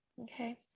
Okay